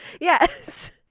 Yes